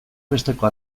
besteko